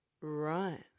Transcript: Right